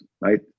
right